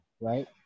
right